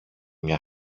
μια